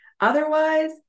Otherwise